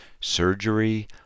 surgery